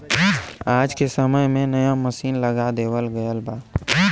आज के समय में नया मसीन लगा देवल गयल बा